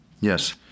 Yes